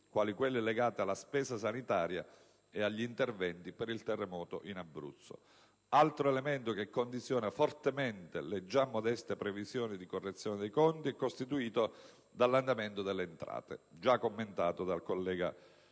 (quali quelle legate alla spesa sanitaria e agli interventi per il terremoto in Abruzzo). Altro elemento che condiziona fortemente le già modeste previsioni di correzione dei conti è costituito dall'andamento delle entrate, già commentato dal collega